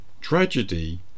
Tragedy